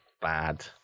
bad